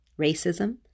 racism